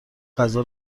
غذا